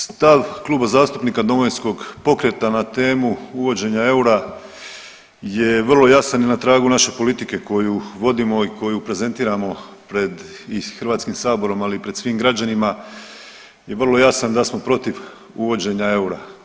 Stav Kluba zastupnika Domovinskog pokreta na temu uvođenja eura je vrlo jasan i na tragu naše politike koju vodimo i koju prezentiramo pred i HS, ali i pred svim građanima je vrlo jasan da smo protiv uvođenja eura.